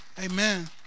Amen